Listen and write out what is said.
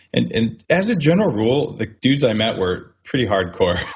and and as a general rule the dudes i met where pretty hard core.